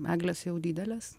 eglės jau didelės